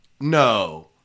No